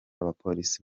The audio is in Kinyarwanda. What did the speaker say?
abapolisi